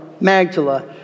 Magdala